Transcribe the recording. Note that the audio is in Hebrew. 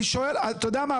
אני שואל, אתה יודע מה?